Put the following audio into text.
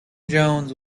jones